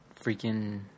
freaking